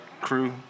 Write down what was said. crew